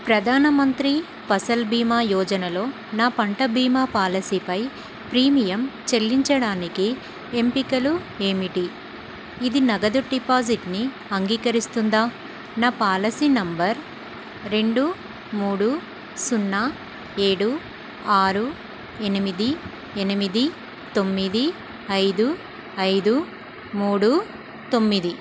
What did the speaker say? ప్రధాన మంత్రి ఫసల్ భీమా యోజనలో నా పంట భీమా పాలసీపై ప్రీమియం చెల్లించడానికి ఎంపికలు ఏమిటి ఇది నగదు డిపాజిట్ని అంగీకరిస్తుందా నా పాలసీ నంబర్ రెండు మూడు సున్నా ఏడు ఆరు ఎనిమిది ఎనిమిది తొమ్మిది ఐదు ఐదు మూడు తొమ్మిది